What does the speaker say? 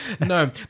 No